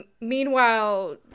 meanwhile